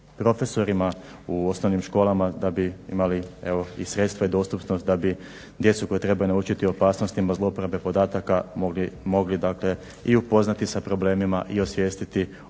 profesorima u osnovnim školama da bi imali evo i sredstva i dostupnost da bi djecu koju trebaju naučiti opasnostima zlouporabe podataka mogli dakle i upoznati sa problemima i osvijestiti o opasnostima